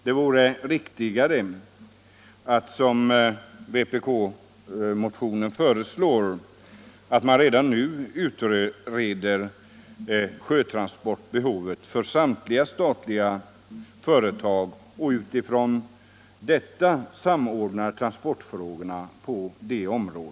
Det vore riktigare att, som föreslås i vpk-motionen, redan nu utreda sjötransportbehovet för samtliga statsägda företag och utifrån detta samordna transportfrågorna.